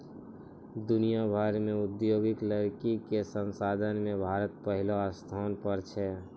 दुनिया भर मॅ औद्योगिक लकड़ी कॅ संसाधन मॅ भारत पहलो स्थान पर छै